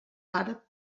àrab